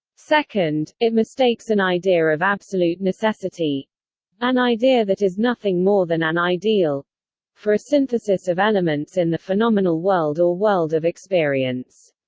second, it mistakes an idea of absolute necessity an idea that is nothing more than an ideal for a synthesis of elements in the phenomenal world or world of experience.